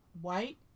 white